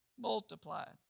Multiplied